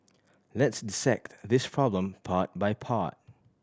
let's dissect this problem part by part